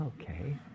Okay